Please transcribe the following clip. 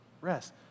rest